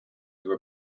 due